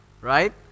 Right